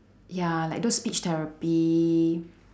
ya like those speech therapy